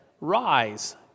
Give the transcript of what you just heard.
Rise